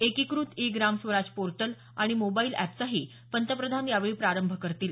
एकीकृत e Gram Swaraj portal आणि mobile अॅपचाही पंतप्रधान यावेळी प्रारंभ करतील